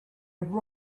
have